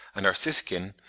and our siskin,